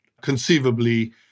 conceivably